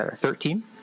Thirteen